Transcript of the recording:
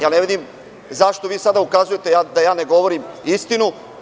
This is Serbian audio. Ne vidim zašto sada ukazujete da ne govorim istinu.